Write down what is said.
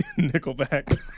Nickelback